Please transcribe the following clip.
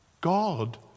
God